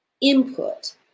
input